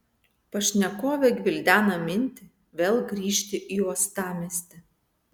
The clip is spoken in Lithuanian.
pašnekovė gvildena mintį vėl grįžti į uostamiestį